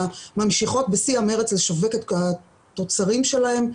ממשיכות בשיא המרץ לשווק את התוצרים שלהן.